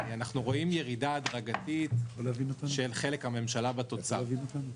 אנחנו רואים ירידה הדרגתית של חלק הממשלה בתוצר.